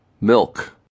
Milk